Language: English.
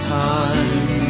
time